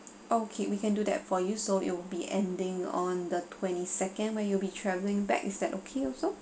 okay we can do that for you so it'll be ending on the twenty second when you will be travelling back is that okay also